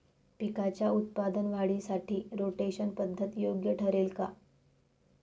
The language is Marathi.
पिकाच्या उत्पादन वाढीसाठी रोटेशन पद्धत योग्य ठरेल का?